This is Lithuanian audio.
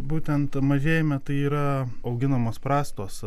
būtent mažėjimą tai yra auginamos prastos